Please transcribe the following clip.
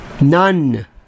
None